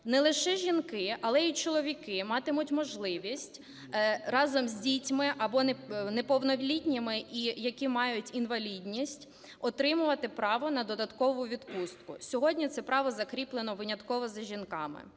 Не лише жінки, але і чоловіки матимуть можливість разом з дітьми або неповнолітніми і які мають інвалідність отримувати право на додаткову відпустку. Сьогодні це право закріплено винятково за жінками.